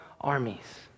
armies